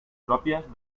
pròpies